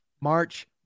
March